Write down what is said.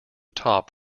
top